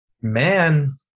man